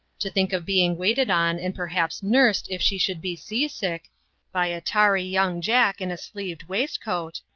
to think of being waited on and perhaps nursed if she should be sea-sick by a tarry young jack in a sleeved waistcoat,